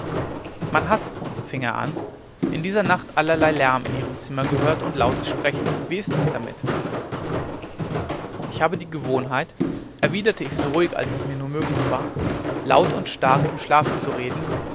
man hat fing er an in dieser nacht allerlei lärm in ihrem zimmer gehört und lautes sprechen wie ist es damit ich habe die gewohnheit erwiderte ich so ruhig als es mir nur möglich war laut und stark im schlafe zu reden